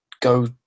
go